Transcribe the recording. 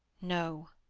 no,